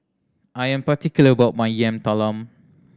I am particular about my Yam Talam